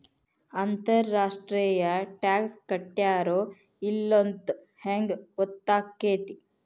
ಅಂತರ್ ರಾಷ್ಟ್ರೇಯ ಟಾಕ್ಸ್ ಕಟ್ಟ್ಯಾರೋ ಇಲ್ಲೊಂತ್ ಹೆಂಗ್ ಹೊತ್ತಾಕ್ಕೇತಿ?